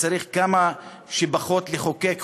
שצריך לחוקק כמה שפחות חוקים.